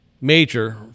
major